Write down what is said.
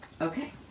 Okay